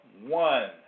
one